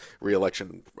reelection